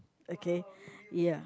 okay ya